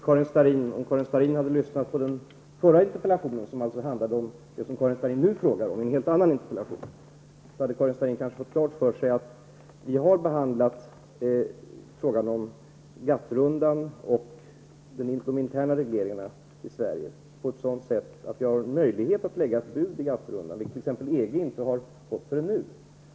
Herr talman! Om Karin Starrin hade lyssnat på den förra interpellationsdebatten -- den interpellationen handlade alltså om det som Karin Starrin nu frågar om -- hade hon kanske fått klart för sig att vi har behandlat frågan om GATT rundan och de interna regleringarna i Sverige på ett sådant sätt att vi har möjlighet att lägga ett bud till GATT-rundan, vilket t.ex. EG inte har fått förrän nu.